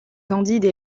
candide